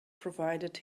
provided